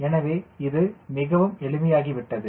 எனவே இது மிகவும் எளிமையாகி விட்டது